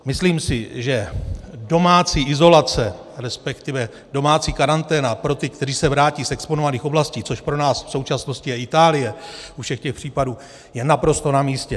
Myslím si, že domácí izolace, resp. domácí karanténa pro ty, kteří se vrátí z exponovaných oblastí, což pro nás v současnosti je Itálie u všech těch případů, je naprosto namístě.